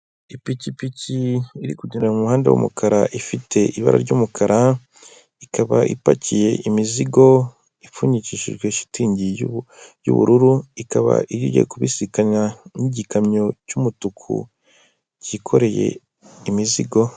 Ipikipiki iri kugenda mu muhanda w'umukara, ifite ibara ry'umukara, ikaba ipakiye imizigo ipfunyikishijwe shitingi y'ubururu, ikaba igiye kubisikana n'igikamyo cy'umutuku cyikoreye imizigo.